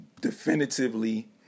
definitively